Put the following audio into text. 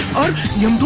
are you,